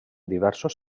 diversos